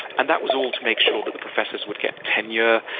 and that was all to make sure that the professors would get tenure,